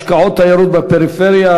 השקעות בתיירות בפריפריה,